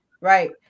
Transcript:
right